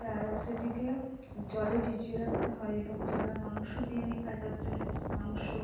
তা সেটিকে জলে ভিজিয়ে রাখতে হয় এবং যারা মাংস বিরিয়ানি খায় তাদের জন্য মাংস